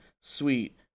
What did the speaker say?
sweet